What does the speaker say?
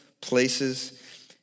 places